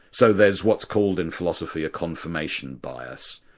so there's what's called in philosophy, a confirmation bias.